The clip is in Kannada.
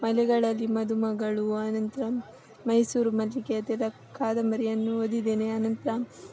ಮಲೆಗಳಲ್ಲಿ ಮದುಮಗಳು ಆ ನಂತರ ಮೈಸೂರು ಮಲ್ಲಿಗೆ ಅದೆಲ್ಲ ಕಾದಂಬರಿಯನ್ನು ಓದಿದ್ದೇನೆ ಆನಂತರ